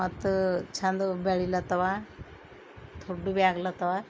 ಮತ್ತು ಚಂದ ಬೆಳಿಲತ್ತವ ದೊಡ್ಡ ಭೀ ಆಗ್ಲತ್ತವ